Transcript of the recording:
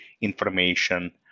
information